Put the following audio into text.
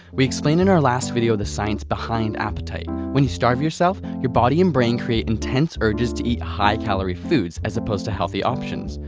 explained in our last video the science behind appetite. when you starve yourself, your body and brain create intense urges to eat high-calorie foods as opposed to healthy options.